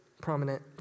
prominent